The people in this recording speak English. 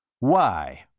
why?